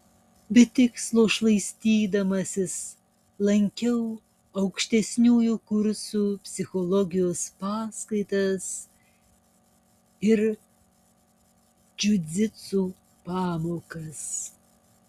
be tikslo šlaistydamasis lankiau aukštesniųjų kursų psichologijos paskaitas ir džiudžitsu pamokas